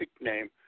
name